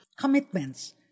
commitments